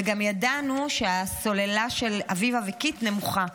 וגם ידענו שהסוללה של אביבה וקית' נמוכה.